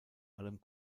allem